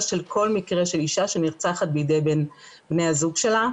של כל מקרה של אישה שנרצחת בידי בן הזוג שלה.